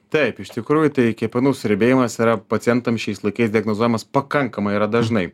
taip iš tikrųjų tai kepenų suriebėjimas yra pacientam šiais laikais diagnozuojamas pakankamai yra dažnai